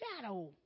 shadow